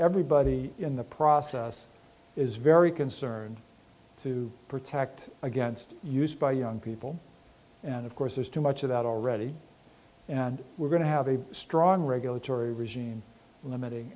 everybody in the process is very concerned to protect against use by young people and of course there's too much of that already and we're going to have a strong regulatory regime limiting